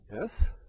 Yes